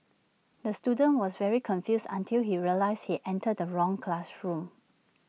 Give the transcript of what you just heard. the student was very confused until he realised he entered the wrong classroom